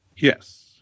Yes